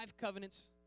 covenants